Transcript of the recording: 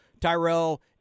Tyrell